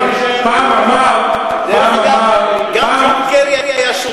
פעם אמר, דרך אגב, גם ג'ון קרי היה שותף למהלך.